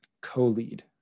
co-lead